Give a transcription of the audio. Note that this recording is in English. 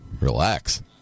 Relax